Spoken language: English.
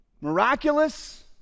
miraculous